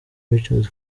richard